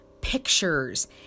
pictures